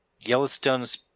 Yellowstone's